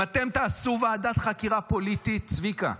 אם אתם תעשו ועדת חקירה פוליטית, צביקה,